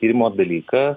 tyrimo dalyką